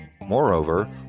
Moreover